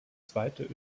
zweite